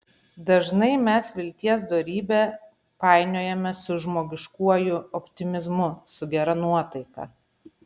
dažnai mes vilties dorybę painiojame su žmogiškuoju optimizmu su gera nuotaika